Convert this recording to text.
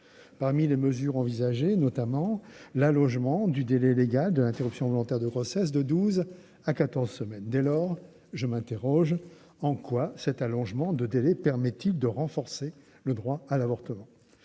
Parmi les mesures envisagées figure notamment l'allongement du délai légal d'interruption volontaire de grossesse de douze à quatorze semaines. Dès lors, je m'interroge : en quoi cet allongement de délai permet-il de renforcer le droit à l'avortement ?